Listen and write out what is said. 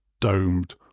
domed